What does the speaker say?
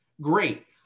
great